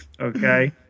Okay